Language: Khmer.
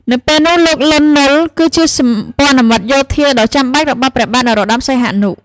នៅពេលនោះ លោក លន់ ណុល គឺជាសម្ព័ន្ធមិត្តយោធាដ៏ចាំបាច់របស់ព្រះបាទនរោត្តម សីហនុ។